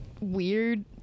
weird